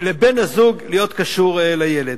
לבן-הזוג להיות קשור לילד.